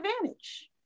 advantage